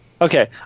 okay